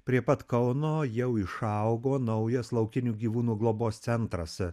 prie pat kauno jau išaugo naujas laukinių gyvūnų globos centras